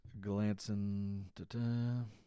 glancing